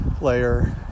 layer